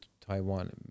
Taiwan